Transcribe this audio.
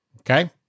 Okay